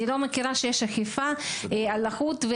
אני לא מכירה שיש אכיפה על לחות.